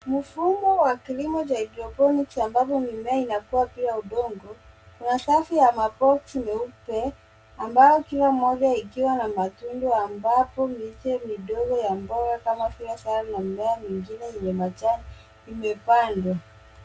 Mfumo wa kilimo cha(cs) hydrophonics(cs) ambapo mimea inayokuwa bila udogo kuna safu ya (cs)maboxi(cs) meupe ambao kila moja ikiwa na matundu ambapo miche midogo ya boga kama vile safi na mimea mingine yenye majani imepandwa.